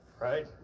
Right